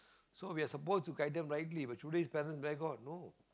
so we are suppose to guide them rightly but today's parent where got no